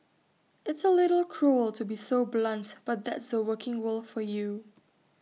it's A little cruel to be so blunt but that's the working world for you